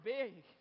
big